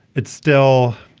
it still